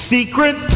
Secret